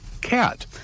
Cat